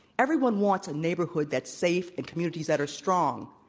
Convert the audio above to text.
everyone wants a neighborhood that's safe and communities that are strong.